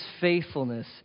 faithfulness